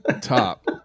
Top